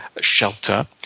shelter